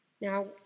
Now